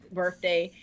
birthday